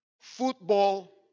football